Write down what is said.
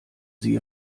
sie